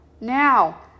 now